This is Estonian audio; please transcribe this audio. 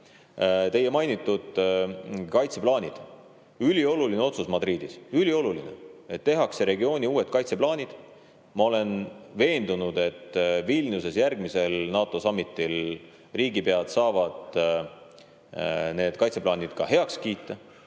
mainitud kaitseplaanid. Ülioluline otsus oli Madridis – ülioluline! –, et tehakse regiooni uued kaitseplaanid. Ma olen veendunud, et Vilniuses järgmisel NATOsummit'il riigipead saavad need kaitseplaanid heaks kiita.